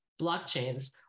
blockchains